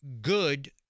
good